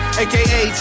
aka